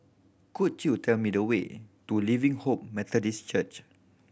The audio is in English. could you tell me the way to Living Hope Methodist Church